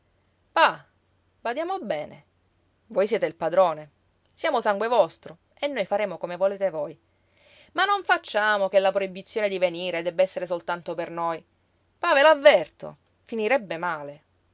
pa badiamo bene voi siete il padrone siamo sangue vostro e noi faremo come volete voi ma non facciamo che la proibizione di venire debba essere soltanto per noi pa ve l'avverto finirebbe male